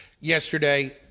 yesterday